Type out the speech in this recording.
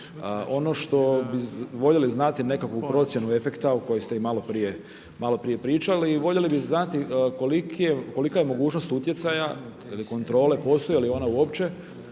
Ono što bi voljeli znati, nekakvu procjenu efekta o kojoj ste i malo prije pričali i voljeli bi znati kolika je mogućnost utjecaja ili kontrole, postoji li ona uopće